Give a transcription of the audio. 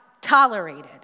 tolerated